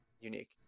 unique